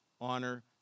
honor